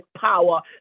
power